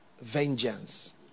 vengeance